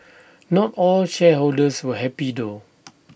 not all shareholders were happy though